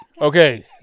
Okay